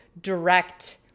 direct